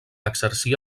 exercia